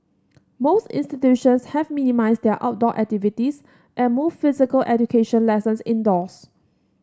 most institutions have minimised their outdoor activities and moved physical education lessons indoors